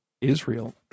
Israel